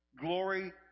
Glory